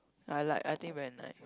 I like I think very nice